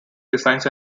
designs